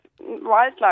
wildlife